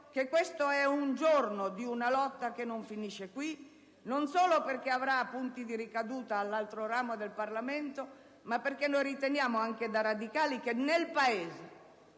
che questo è un momento di una lotta che non finisce qui, non solo perché avrà punti di ricaduta nell'altro ramo del Parlamento, ma perché riteniamo, anche da Radicali, che nel Paese